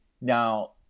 now